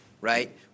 right